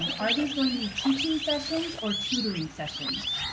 are these going to be teaching sessions or tutoring sessions?